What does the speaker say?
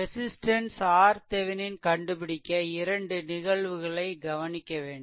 resistance RThevenin கண்டுபிடிக்க இரண்டு நிகழ்வுகளை கவனிக்க வேண்டும்